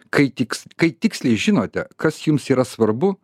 kai tiks kai tiksliai žinote kas jums yra svarbu